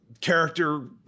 character